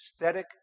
aesthetic